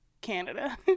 Canada